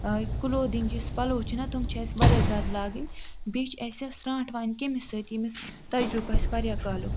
clothing یُس پلَو چھِنا تِم چھِ اَسہِ واریاہ زیادٕ لاگٕنۍ بیٚیہِ چھِ اَسہِ سرٛانٛٹھ وایِنۍ کٔمِس سۭتۍ ییٚمِس تَجرُبہٕ آسہِ واریاہ کالُک